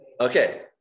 Okay